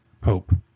Pope